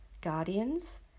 guardians